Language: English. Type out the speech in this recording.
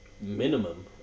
Minimum